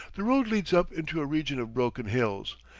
the road leads up into a region of broken hills,